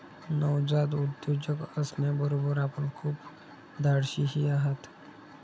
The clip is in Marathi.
नवजात उद्योजक असण्याबरोबर आपण खूप धाडशीही आहात